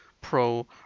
pro